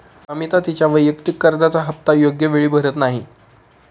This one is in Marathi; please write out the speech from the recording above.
अमिता तिच्या वैयक्तिक कर्जाचा हप्ता योग्य वेळी भरत नाही